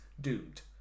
doomed